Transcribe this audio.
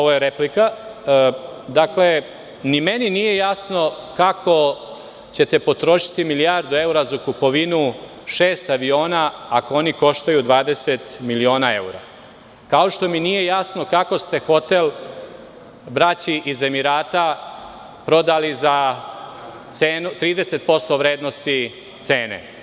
Dakle, ni meni nije jasno kako ćete potrošiti milijardu evra za kupovinu šest aviona ako oni koštaju 20 miliona evra, kao što mi nije jasno kako ste hotel braći iz Emirata prodali za 30% vrednosti cene?